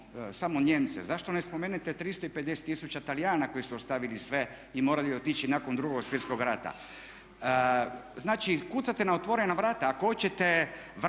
samo Nijemce, zašto ne spominjete 350 tisuća Talijana koji su ostavili sve i morali otići nakon 2.svjetskog rata? Znači kucate na otvorena vrata. Ako oćete vratiti